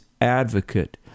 advocate